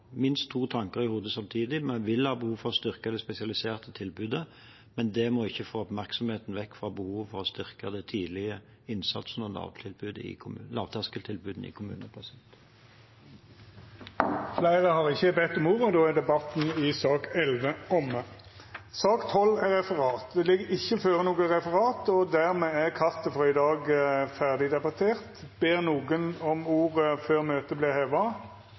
minst to tanker i hodet samtidig. Vi vil ha behov for å styrke det spesialiserte tilbudet, men det må ikke få oppmerksomheten vekk fra behovet for å styrke den tidlige innsatsen og lavterskeltilbudet i kommunene. Debatten i sak nr. 11 er omme. Det ligg ikkje føre noko referat. Dermed er kartet for i dag ferdigdebattert. Ber nokon om ordet før møtet vert heva? – Så er ikkje tilfellet, og møtet er heva.